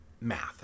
math